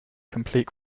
complete